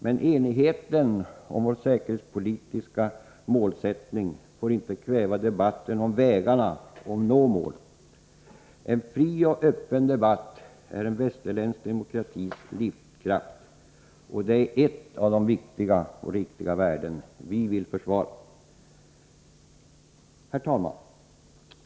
Men enigheten om vår säkerhetspolitiska målsättning får inte kväva debatten om vägarna att nå målet. En fri och öppen debatt är en västerländsk demokratis livskraft, ett av de viktiga värden vi vill försvara. Herr talman!